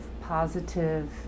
positive